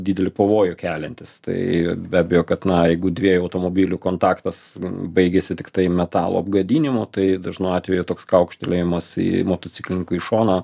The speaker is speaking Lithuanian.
didelį pavojų keliantys tai be abejo kad na jeigu dviejų automobilių kontaktas baigiasi tiktai metalo apgadinimu tai dažnu atveju toks kaukštelėjimas į motociklininkui į šoną